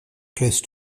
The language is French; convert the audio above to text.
classe